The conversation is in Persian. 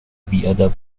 بیادب